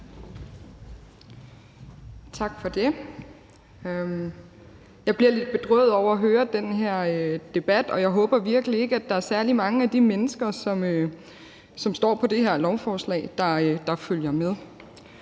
Tak for det. Jeg bliver lidt bedrøvet over at høre den her debat, og jeg håber virkelig ikke, at der er særlig mange af de mennesker, som står på det her lovforslag, der følger med.